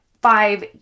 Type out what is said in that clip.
five